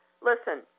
Listen